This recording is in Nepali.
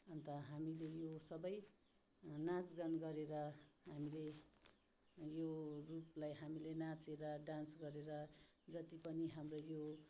अन्त हामीले यो सबै नाच गान गरेर हामीले यो रूपलाई हामीले नाचेर डान्स गरेर जति पनि हाम्रो यो